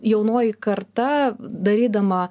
jaunoji karta darydama